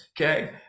okay